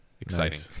exciting